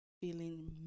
feeling